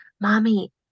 Mommy